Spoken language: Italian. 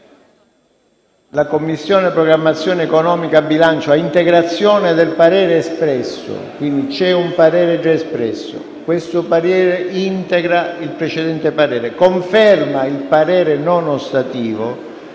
«La Commissione programmazione economica, bilancio, a integrazione del parere espresso sul testo» quindi c'è un parere già espresso che integra il precedente parere «conferma il parere non ostativo